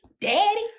daddy